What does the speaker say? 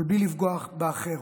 אבל בלי לפגוע באחר.